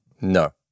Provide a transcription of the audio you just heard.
No